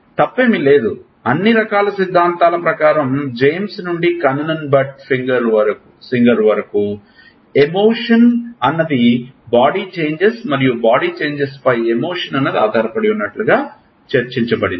తప్పు ఏమీ లేదు అన్ని రకాల సిద్ధాంతాల ప్రకారం జేమ్స్ నుండి కనన్ బట్ సింగర్ వరకు ఎమోషన్ అన్నది బాడీ చేంజెస్ మరియు బాడీ చేంజెస్ పై ఎమోషన్ అన్నది ఆధార పడి వున్నట్లుగా చర్చించ బడింది